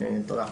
תודה.